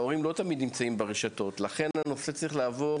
ההורים לא תמיד נמצאים ברשתות לכן הנושא צריך לעבור